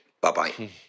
Bye-bye